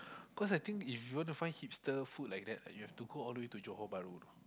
cause I think if you want to find hipster food like that you have to go all the way to Johor-Bahru